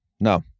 No